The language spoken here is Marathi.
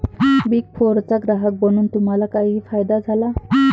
बिग फोरचा ग्राहक बनून तुम्हाला काही फायदा झाला?